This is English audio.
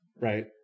right